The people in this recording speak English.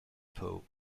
poe